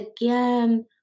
again